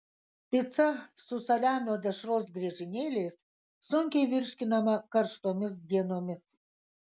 pica su saliamio dešros griežinėliais sunkiai virškinama karštomis dienomis